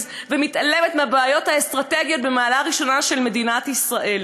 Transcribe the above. ומתעלמת מהבעיות האסטרטגיות במעלה הראשונה של מדינת ישראל.